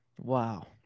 Wow